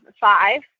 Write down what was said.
five